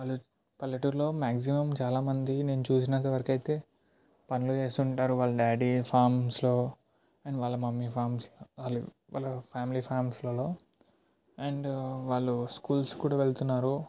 పల్లె పల్లెటూరులో మ్యాక్సిముమ్ చాలా మంది నేను చూసినంత వరికి అయితే పనులు చేస్తూ ఉంటారు వాళ్ళ డాడీ ఫ్రొమ్స్లో అండ్ వాళ్ళ మమ్మీ ఫ్రొమ్స్లో వాళ్ళ వాళ్ళ ఫ్యామిలీ ఫ్రొమ్స్లలో అండ్ వాళ్ళు స్కూల్స్కి కూడా వెళ్తున్నారు